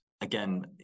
Again